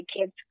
kids